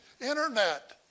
internet